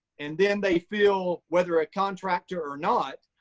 and then they feel, whether a contractor or not,